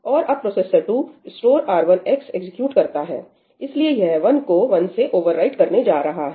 और अब processor 2 store R1 X execute करता है इसलिए यह 1 को 1 से ओवरराइट करने जा रहा है